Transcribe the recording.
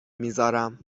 میزارم